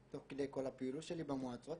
תוך כדי כל הפעילות שלי במועצות,